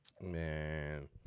Man